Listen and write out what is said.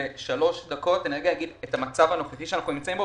אומר את המצב הנוכחי שאנחנו נמצאים בו,